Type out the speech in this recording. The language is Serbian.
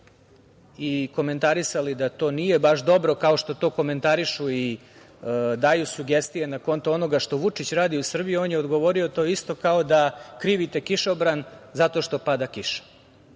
i komentarisali da to nije baš dobro kao što to komentarišu i daju sugestije na konto onoga što Vučić radi u Srbiji, on je odgovorio – to je isto kao da krivite kišobran zato što pada kiša.